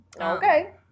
Okay